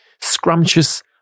scrumptious